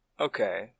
Okay